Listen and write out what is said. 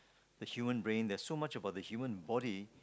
the human brain there's so much about the human body